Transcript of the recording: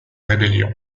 rébellion